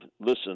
listen